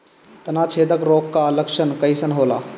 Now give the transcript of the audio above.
तना छेदक रोग का लक्षण कइसन होला?